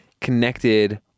connected